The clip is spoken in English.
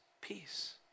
peace